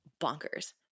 bonkers